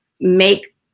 make